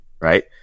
right